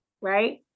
right